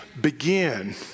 begin